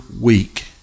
week